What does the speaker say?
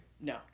No